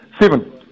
seven